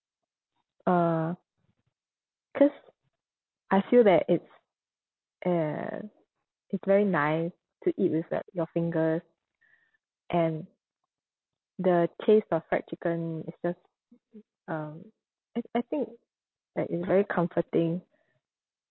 uh cause I feel that it's uh it's very nice to eat with uh your fingers and the taste of fried chicken is just um I I think that is very comforting